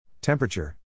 Temperature